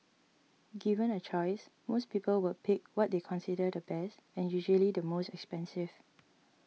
given a choice most people would pick what they consider the best and usually the most expensive